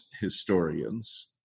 historians